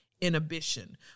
inhibition